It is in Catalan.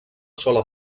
sola